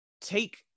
take